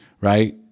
right